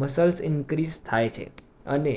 muscles increase થાય છે અને